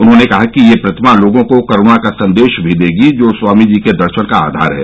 उन्होंने कहा कि यह प्रतिमा लोगों को करुणा का संदेश भी देगी जो स्वामीजी के दर्शन का आधार है